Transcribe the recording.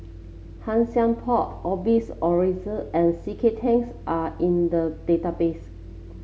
Han Sai Por Osbert Rozario and C K Tangs are in the database